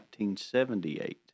1978